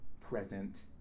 present